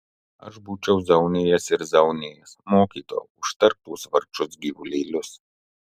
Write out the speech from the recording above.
aš būčiau zaunijęs ir zaunijęs mokytojau užtark tuos vargšus gyvulėlius